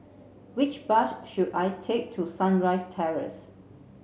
which bus should I take to Sunrise Terrace